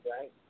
right